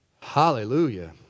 Hallelujah